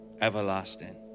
everlasting